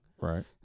Right